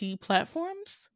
platforms